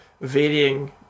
varying